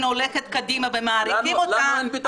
הולכת קדימה ומעריכים אותה --- לנו אין ביטחון אישי.